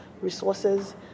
resources